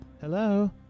Hello